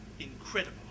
Incredible